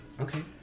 Okay